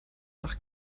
nach